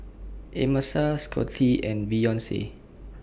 Amasa Scottie and Beyonce